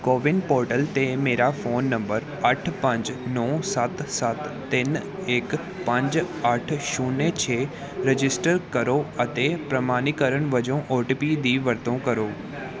CoWIN portal 'ਤੇ ਮੇਰਾ phone number ਅੱਠ ਪੰਜ ਨੌ ਸੱਤ ਸੱਤ ਤਿੰਨ ਇੱਕ ਪੰਜ ਅੱਠ ਸ਼ੁਨਿਯ ਛੇ ਰਜਿਸਟਰ ਕਰੋ ਅਤੇ ਪ੍ਰਮਾਣੀਕਰਨ ਵਜੋਂ ਓ ਟੀ ਪੀ ਦੀ ਵਰਤੋਂ ਕਰੋ